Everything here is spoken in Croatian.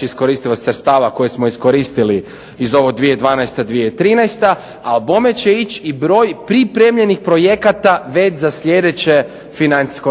iskoristivost sredstava koje smo iskoristili iz ovog 2012./2013., a bome će ići i broj pripremljenih projekata već za sljedeće financijsko razdoblje.